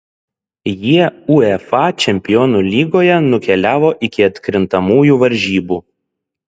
jie uefa čempionų lygoje nukeliavo iki atkrintamųjų varžybų